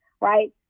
right